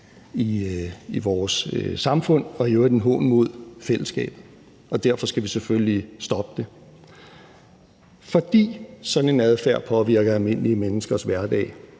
i vores samfund og i øvrigt en hån mod fællesskabet, og derfor skal vi selvfølgelig stoppe det – altså fordi sådan en adfærd påvirker almindelige menneskers hverdag,